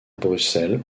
bruxelles